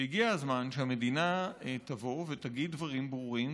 והגיע הזמן שהמדינה תבוא ותגיד דברים ברורים,